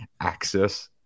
access